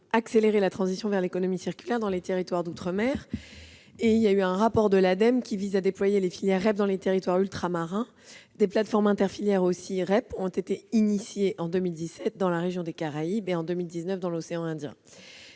d'accélérer la transition vers l'économie circulaire dans les territoires d'outre-mer. Un autre, de l'Ademe, vise à déployer les filières REP dans les territoires ultramarins. Des plateformes inter-filières REP ont été lancées en 2017 dans la région des Caraïbes et en 2019 dans l'océan Indien.